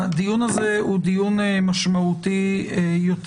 הדיון הזה הוא דיון משמעותי יותר